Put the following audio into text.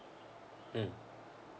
mm